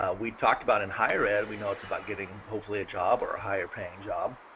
ah we talked about in higher ed we know it's about giving hopefully a job or ah higher paying job.